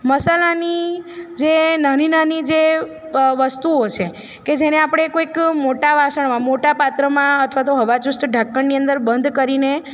મસાલાની જે નાની નાની જે વસ્તુઓ છે કે જેને આપણે કોઈક મોટા વાસણમાં મોટા પાત્રમાં અથવા તો હવાચુસ્ત ઢાંકણની અંદર બંધ કરીને